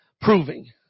proving